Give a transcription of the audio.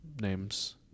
names